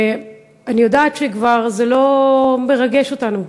אני יודעת שזה כבר לא מרגש אותנו,